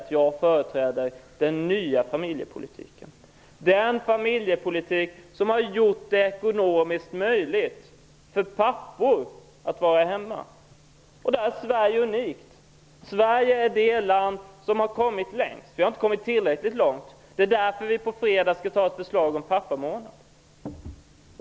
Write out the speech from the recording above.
Nej, jag företräder den nya familjepolitiken, den familjepolitik som har gjort det ekonomiskt möjligt för pappor att vara hemma. På den punkten är Sverige unikt och det land som har kommit längst, men vi har inte kommit tillräckligt långt. Det är därför som vi på fredag skall fatta beslut om förslaget om pappamånad.